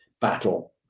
battle